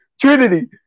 Trinity